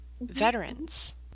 veterans